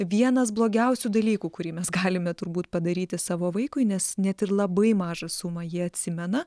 vienas blogiausių dalykų kurį mes galime turbūt padaryti savo vaikui nes net ir labai mažą sumą jie atsimena